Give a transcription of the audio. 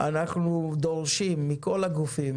אנחנו דורשים מכל הגופים